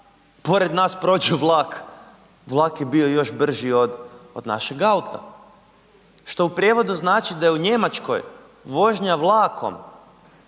pored nas prođe vlak, vlak je bio još brži od našeg auta. Što u prijevodu znači da u Njemačkoj vožnja vlakom